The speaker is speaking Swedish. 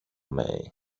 mig